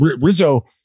Rizzo